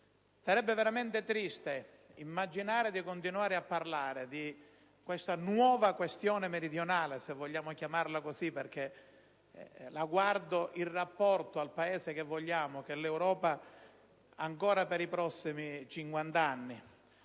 Sarebbe veramente triste immaginare di continuare a parlare di questa nuova questione meridionale - se vogliamo chiamarla così, perché la guardo in rapporto al Paese che vogliamo, che è l'Europa - ancora per i prossimi